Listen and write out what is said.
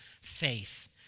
faith